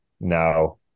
now